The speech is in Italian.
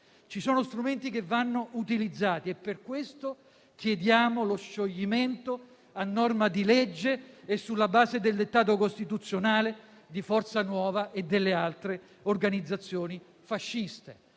Ci sono strumenti che vanno utilizzati, e per questo chiediamo lo scioglimento, a norma di legge e sulla base del dettato costituzionale, di Forza Nuova e delle altre organizzazioni fasciste.